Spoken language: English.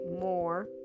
more